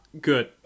Good